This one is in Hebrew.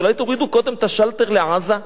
אולי תורידו קודם את השלטר לעזה?